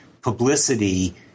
publicity